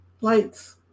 lights